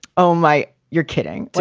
oh, my. you're kidding. but